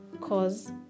cause